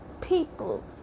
people